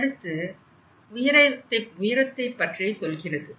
அடுத்து உயரத்தைபற்றி சொல்கிறது